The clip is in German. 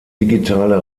digitale